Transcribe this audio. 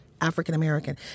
African-American